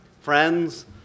friends